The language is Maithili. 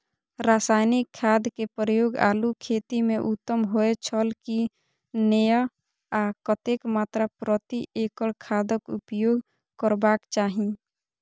रासायनिक खाद के प्रयोग आलू खेती में उत्तम होय छल की नेय आ कतेक मात्रा प्रति एकड़ खादक उपयोग करबाक चाहि?